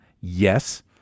Yes